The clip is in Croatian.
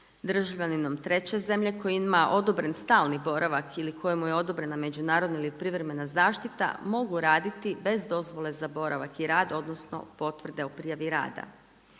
državljaninom treće zemlje koji ima odobren stalni boravak ili kojemu je odobrena međunarodna ili privremena zaštita, mogu raditi bez dozvole za boravak i rad odnosno potvrde o prijave rada.